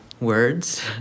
words